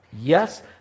Yes